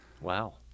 Wow